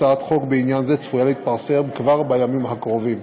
הצעת חוק בעניין זה צפויה להתפרסם כבר בימים הקרובים.